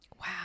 Wow